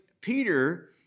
Peter